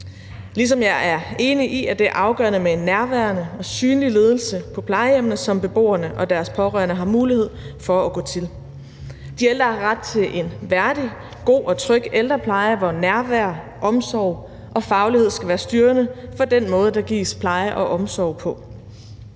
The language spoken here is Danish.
ligeledes enig i, at det er afgørende med en nærværende og synlig ledelse på plejehjemmene, som beboerne og deres pårørende har mulighed for at gå til. De ældre har ret til en værdig, god og tryg ældrepleje, hvor nærvær, omsorg og faglighed skal være styrende for den måde, der gives pleje og omsorg på.